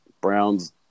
Browns